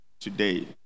today